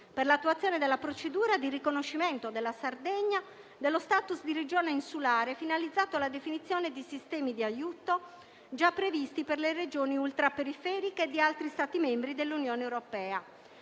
per l'attuazione della procedura di riconoscimento alla Sardegna dello *status* di Regione insulare, fnalizzato alla definizione di sistemi di aiuto già previsti per le Regioni ultra-periferiche di altri Stati membri dell'Unione europea,